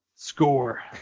Score